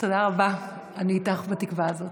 תודה רבה, אני איתך בתקווה הזאת.